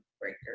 breaker